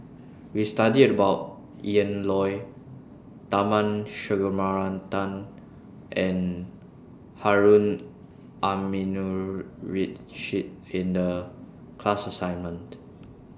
We studied about Ian Loy Tharman Shanmugaratnam and Harun Aminurrashid in The class assignment